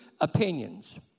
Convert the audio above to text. opinions